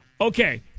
Okay